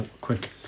quick